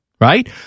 right